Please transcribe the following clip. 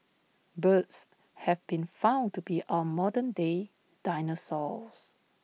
birds have been found to be our modern day dinosaurs